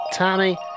Tommy